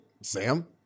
Sam